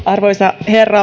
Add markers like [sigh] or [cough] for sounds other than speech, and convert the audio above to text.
[unintelligible] arvoisa herra